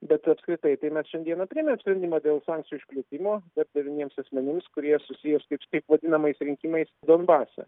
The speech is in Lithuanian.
bet apskritai tai mes šiandieną priėmėm sprendimą dėl sankcijų išplėtimo devyniems asmenims kurie susiję su taip taip vadinamais rinkimai donbase